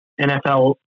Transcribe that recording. NFL